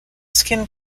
skin